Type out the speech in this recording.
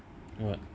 what